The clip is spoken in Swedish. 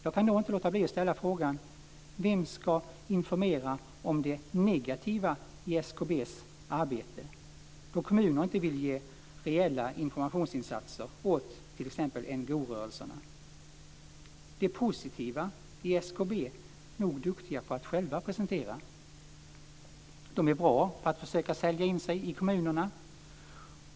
Jag kan då inte låta bli att ställa frågan: Vem ska informera om det negativa i SKB:s arbete då kommuner inte vill ge reella informationsmedel åt t.ex. NGO-rörelserna? Det positiva är nog SKB själv duktig på att presentera. Man är bra på att försöka sälja in sig i kommunerna.